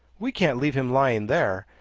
we can't leave him lying there.